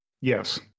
Yes